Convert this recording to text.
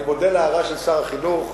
אני מודה על ההערה של שר החינוך,